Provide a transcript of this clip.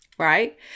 right